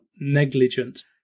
negligent